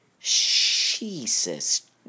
Jesus